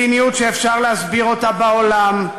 מדיניות שאפשר להסביר בעולם,